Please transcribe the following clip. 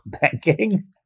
banking